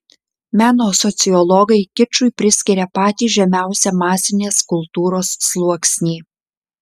meno sociologai kičui priskiria patį žemiausią masinės kultūros sluoksnį